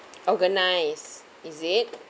organize is it